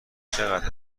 چقدر